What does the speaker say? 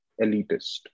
elitist